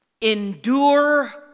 Endure